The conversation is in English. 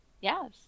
Yes